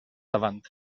davant